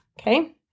okay